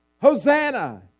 Hosanna